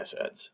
assets